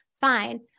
fine